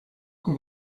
did